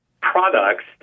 products